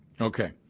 Okay